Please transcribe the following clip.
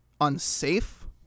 unsafe